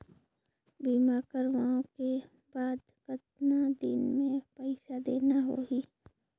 बीमा करवाओ के बाद कतना दिन मे पइसा देना हो ही?